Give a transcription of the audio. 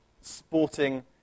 sporting